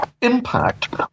impact